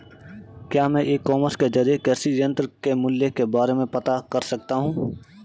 क्या मैं e commerce के ज़रिए कृषि यंत्र के मूल्य के बारे में पता कर सकता हूँ?